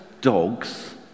dogs